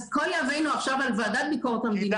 אז כל יהבנו עכשיו על ועדת ביקורת המדינה -- כי